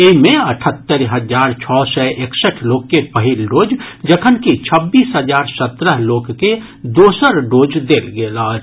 एहि मे अठहत्तरि हजार छओ सय एकसठि लोक के पहिल डोज जखनकि छब्बीस हजार सत्रह लोक के दोसर डोज देल गेल अछि